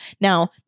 Now